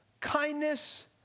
kindness